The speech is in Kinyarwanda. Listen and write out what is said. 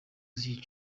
z’iki